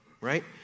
right